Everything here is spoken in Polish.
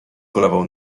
kulawą